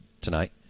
tonight